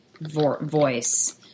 voice